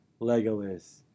Legolas